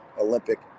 olympic